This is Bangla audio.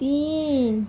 তিন